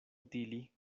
utili